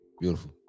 beautiful